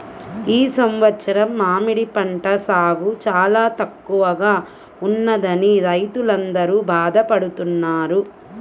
ఈ సంవత్సరం మామిడి పంట సాగు చాలా తక్కువగా ఉన్నదని రైతులందరూ బాధ పడుతున్నారు